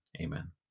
Amen